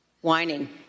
Whining